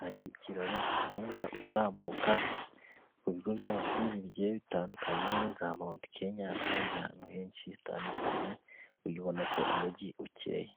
hari ikiraro gikomeza uzamuka ku bigo by'amashuri bigiye bitandukanye, za mawunti Kenya n'ahandi hantu henshi hatandukanye, ubibona ko umujyi ucyeye.